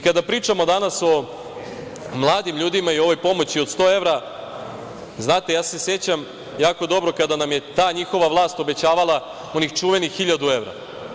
Kada pričamo danas o mladim ljudima i o ovoj pomoći od 100 evra, znate sećam se jako dobro kada nam je ta njihova vlast obećavala onih čuvenih 1000 evra.